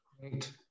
great